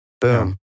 boom